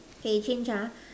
okay change ah